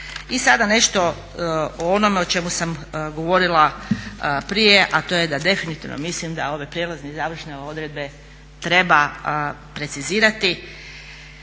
I sada nešto o onome o čemu sam govorila prije, a to je da definitivno mislim da ove prijelazne i završne odredbe treba precizirati